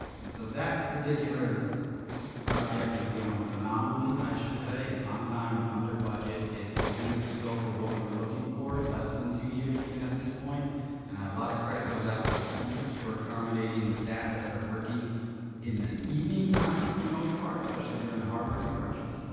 and so that particular project is going phenomenally i should say. it's on time, it's under budget, it's within the scope of what we were looking for less that two years even at this point and a lot of credit goes out to the schools for accommodating the staff that are working in the evening times for the most part, especially doing the hardware refreshes.